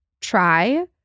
try